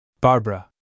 Barbara